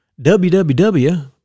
www